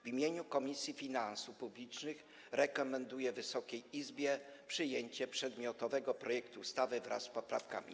W imieniu Komisji Finansów Publicznych rekomenduję Wysokiej Izbie przyjęcie przedmiotowego projektu ustawy wraz z poprawkami.